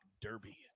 derby